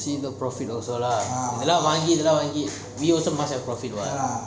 see the profit also lah இத்தலம் வாங்கி இத்தலம் வாங்கி:ithulam vangi ithulam vangi we also must have profit